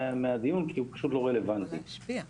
מהדיון כי הוא פשוט לא רלוונטי בעיניי.